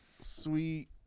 sweet